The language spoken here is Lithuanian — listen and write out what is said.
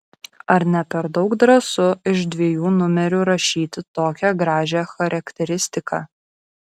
ar ne per daug drąsu iš dviejų numerių rašyti tokią gražią charakteristiką